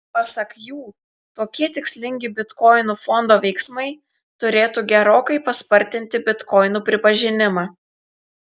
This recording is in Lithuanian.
pasak jų tokie tikslingi bitkoinų fondo veiksmai turėtų gerokai paspartinti bitkoinų pripažinimą